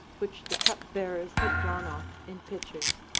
which the cupbearers had drawn off in pitchers